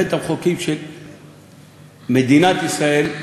בית-המחוקקים של מדינת ישראל,